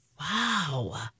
Wow